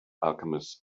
alchemists